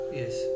yes